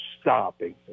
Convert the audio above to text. stopping